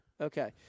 Okay